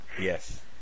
Yes